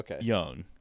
young